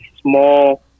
small